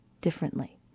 differently